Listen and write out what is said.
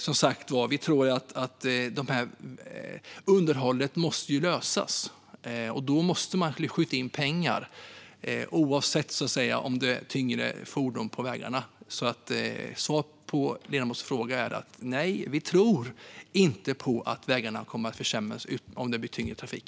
Frågan om underhållet måste lösas, och då måste pengar skjutas till oavsett om det är tyngre fordon på vägarna. Svaret på ledamotens fråga är att vi inte tror att vägarna kommer att försämras om det blir tyngre trafik.